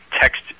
text